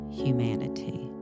humanity